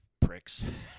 Pricks